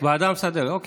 ועדה מסדרת, אוקיי.